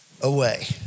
away